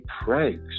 pranks